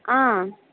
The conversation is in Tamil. ஆ